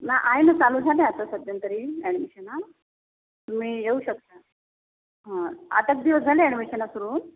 ना आहे ना चालू झाले आता सध्या तरी ॲडमिशना तुम्ही येऊ शकता हा आठ एक दिवस झाले ॲडमिशना सुरु होऊन